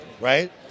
Right